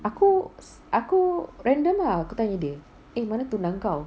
aku aku random ah aku tanya dia eh mana tunang kau